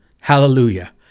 Hallelujah